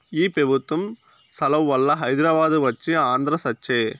ఈ పెబుత్వం సలవవల్ల హైదరాబాదు వచ్చే ఆంధ్ర సచ్చె